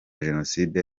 jenoside